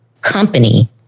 company